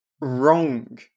wrong